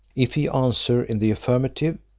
if he answer in the affirmative,